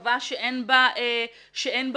קבע שאין בה בעיה,